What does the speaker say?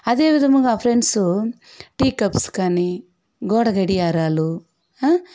అదేవిధంగా friends tea cups కాని గోడ గడియారాలు